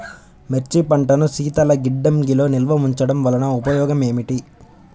మిర్చి పంటను శీతల గిడ్డంగిలో నిల్వ ఉంచటం వలన ఉపయోగం ఏమిటి?